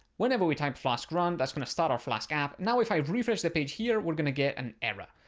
whenever we type flask run, that's going to start our flask app. now, if i refresh the page here, we're going to get an error.